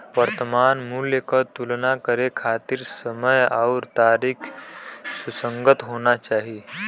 वर्तमान मूल्य क तुलना करे खातिर समय आउर तारीख सुसंगत होना चाही